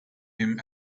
him